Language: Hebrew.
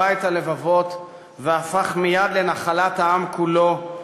את הלבבות והפך מייד לנחלת העם כולו,